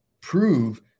prove